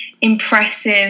impressive